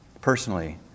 personally